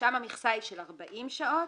ששם המכסה היא של 40 שעות,